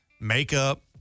makeup